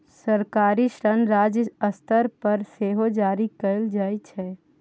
सरकारी ऋण राज्य स्तर पर सेहो जारी कएल जाइ छै